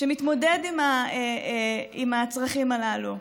שמתמודד עם הצרכים הללו?